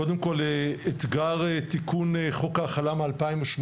קודם כול, אתגר תיקון חוק ה --- מ-2018,